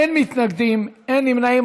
אין מתנגדים, אין נמנעים.